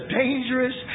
dangerous